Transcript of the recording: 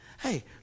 Hey